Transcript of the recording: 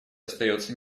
остается